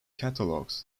catalogs